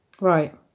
Right